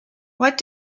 what